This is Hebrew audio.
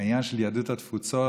העניין של יהדות התפוצות,